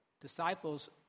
disciples